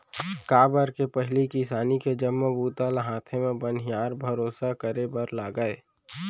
काबर के पहिली किसानी के जम्मो बूता ल हाथे म बनिहार भरोसा करे बर लागय